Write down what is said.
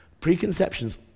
Preconceptions